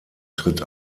tritt